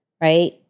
right